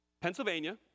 Pennsylvania